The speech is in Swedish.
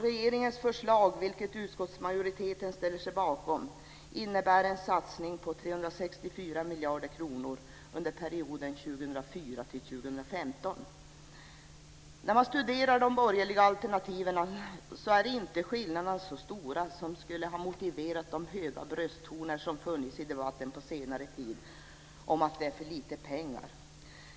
Regeringens förslag, vilket utskottsmajoriteten ställer sig bakom, innebär en satsning på När man studerar de borgerliga alternativen är inte skillnaderna så stora att de skulle motivera de höga brösttoner som funnits i debatten på senare tid om att det är för lite pengar.